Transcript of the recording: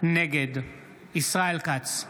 נגד ישראל כץ,